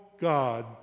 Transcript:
God